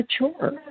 mature